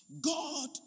God